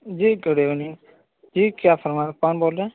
جی کرے گا نہیں جی کیا فرما کون بول رہے ہیں